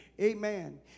Amen